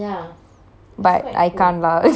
but I can't lah